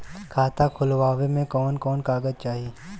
खाता खोलवावे में कवन कवन कागज चाही?